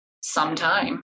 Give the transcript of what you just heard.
sometime